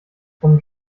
vom